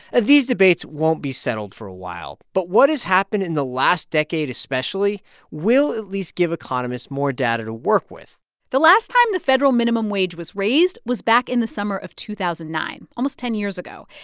these debates won't be settled for a while, but what has happened in the last decade especially will at least give economists more data to work with the last time the federal minimum wage was raised was back in the summer of two thousand and nine, almost ten years ago.